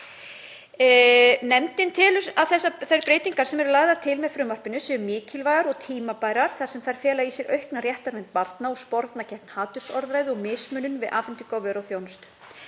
Nefndin telur að þær breytingar sem eru lagðar til með frumvarpinu séu mikilvægar og tímabærar þar sem þær fela í sér aukna réttarvernd barna og sporna gegn hatursorðræðu og mismunun við afhendingu á vöru og þjónustu.